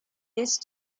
used